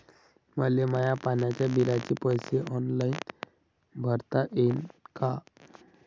मले माया पाण्याच्या बिलाचे पैसे ऑनलाईन भरता येईन का?